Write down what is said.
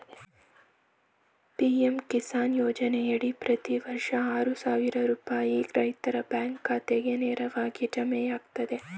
PM Kisan ಯೋಜನೆಯಡಿ ಪ್ರತಿ ವರ್ಷ ಆರು ಸಾವಿರ ರೂಪಾಯಿ ರೈತರ ಬ್ಯಾಂಕ್ ಖಾತೆಗೆ ನೇರವಾಗಿ ಜಮೆಯಾಗ್ತದೆ